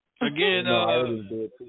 Again